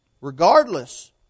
Regardless